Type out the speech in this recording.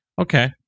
Okay